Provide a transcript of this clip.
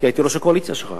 כי הייתי ראש הקואליציה שלך,